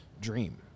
dream